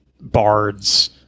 bards